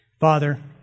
Father